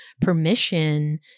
permission